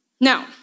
Now